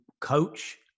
coach